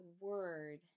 word